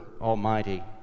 Almighty